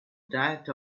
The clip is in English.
diet